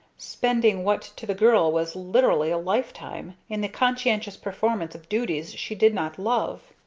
spending what to the girl was literally a lifetime, in the conscientious performance of duties she did not love.